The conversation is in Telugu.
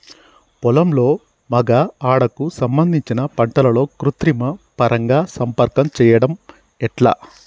పొలంలో మగ ఆడ కు సంబంధించిన పంటలలో కృత్రిమ పరంగా సంపర్కం చెయ్యడం ఎట్ల?